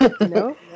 No